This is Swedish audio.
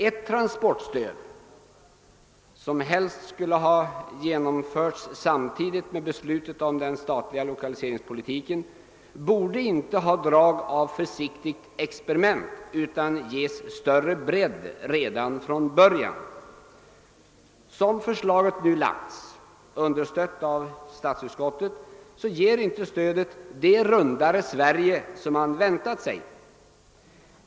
Ett transportstöd, som helst skulle ha genomförts samtidigt med beslutet om den statliga lokaliseringspolitiken, borde inte ha drag av försiktigt experiment utan ges större bredd redan från början. Som förslaget — understött av statsutskottet — nu är utformat ger stödet inte det rundare Sverige som man hade väntat sig.